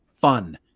Fun